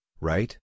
right